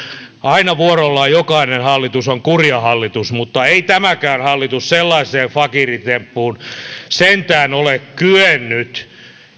aina vuorollaan jokainen hallitus on kurja hallitus mutta ei tämäkään hallitus sellaiseen fakiiritemppuun sentään ole kyennyt